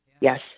Yes